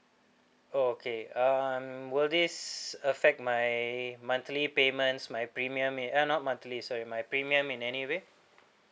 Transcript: oh okay um will this affect my monthly payments my premium eh uh not monthly sorry my premium in any way